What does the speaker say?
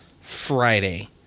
Friday